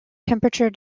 temperature